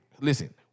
Listen